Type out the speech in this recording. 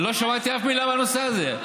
לא שמעתי אף מילה בנושא הזה.